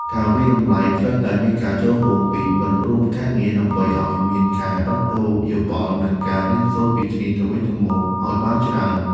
ការវាយតម្លៃត្រូវតែមានការចូលរួមពីមិត្តរួមការងារដើម្បីឱ្យមានការដោះដូរយោបល់និងការរៀនសូត្រពីគ្នាទៅវិញទៅមកឱ្យបានច្រើន។